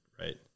right